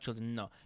no